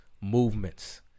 movements